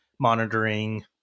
monitoring